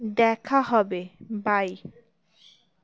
দেখা হবে বাই